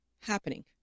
happening